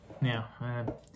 Now